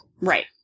Right